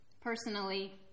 Personally